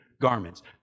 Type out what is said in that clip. garments